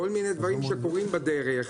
כל מיני דברים שקורים בדרך.